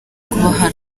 kubaha